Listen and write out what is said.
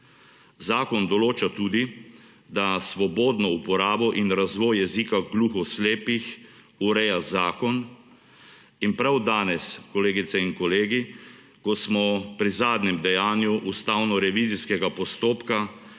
Zakon določa tudi, da svobodno uporabo in razvoj jezika glohoslepih ureja zakon. In prav danes, kolegice in kolegi, ko smo pri zadnjem dejanju ustavnorevizijskega postopka